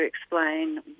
explain